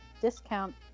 discount